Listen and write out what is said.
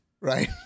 right